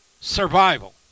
survival